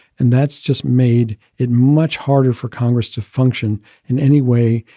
and that's just made it much harder for congress to function in any way.